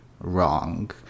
wrong